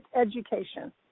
education